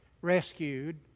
rescued